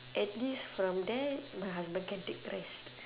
at least from there my husband can take rest